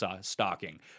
stocking